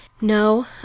No